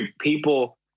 People